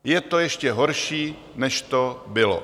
Je to ještě horší, než to bylo!